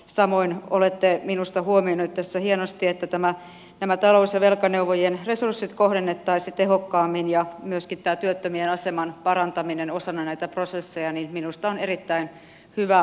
samoin olette minusta huomioineet tässä hienosti että nämä talous ja velkaneuvojien resurssit kohdennettaisiin tehokkaammin ja myöskin työttömien aseman parantaminen osana näitä prosesseja on minusta erittäin hyvä asia